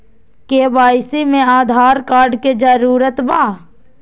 KYC में Aadhaar card के जरूरत बा?